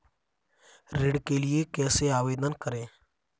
ऋण के लिए कैसे आवेदन करें?